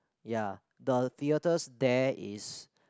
ya the theatres there is